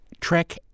Trek